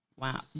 Wow